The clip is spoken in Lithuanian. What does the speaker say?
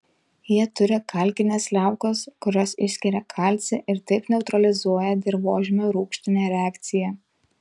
jie turi kalkines liaukas kurios išskiria kalcį ir taip neutralizuoja dirvožemio rūgštinę reakciją